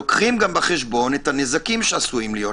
לוקחים בחשבון את הנזקים שעשויים להיות?